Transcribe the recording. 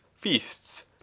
feasts